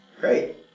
great